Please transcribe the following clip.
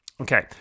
Okay